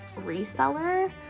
reseller